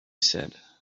said